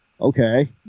okay